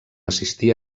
assistir